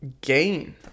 gain